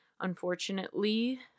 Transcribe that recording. unfortunately